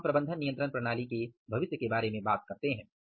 अब हम प्रबंधन नियंत्रण प्रणाली के भविष्य की बात करते हैं